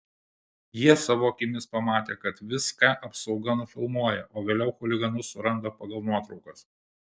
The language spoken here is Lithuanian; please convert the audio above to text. jie savo akimis pamatė kad viską apsauga nufilmuoja o vėliau chuliganus suranda pagal nuotraukas